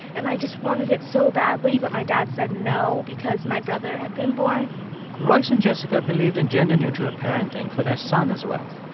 and i just wanted it so badly, but my dad said no because my brother had been born royce and jessica believed in gender-neutral parenting for their son as well.